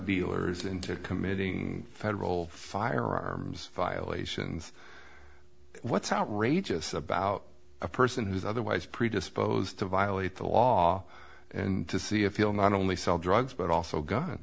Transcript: they're committing a federal firearms violations what's outrageous about a person who's otherwise predisposed to violate the law and to see if he'll not only sell drugs but also